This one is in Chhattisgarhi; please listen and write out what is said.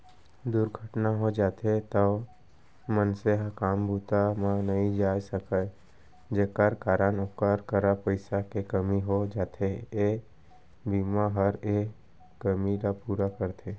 दुरघटना हो जाथे तौ मनसे ह काम बूता म नइ जाय सकय जेकर कारन ओकर करा पइसा के कमी हो जाथे, ए बीमा हर ए कमी ल पूरा करथे